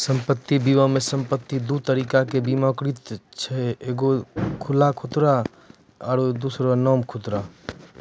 सम्पति बीमा मे सम्पति दु तरिका से बीमाकृत छै एगो खुला खतरा आरु दोसरो नाम खतरा